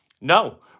No